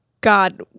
God